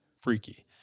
freaky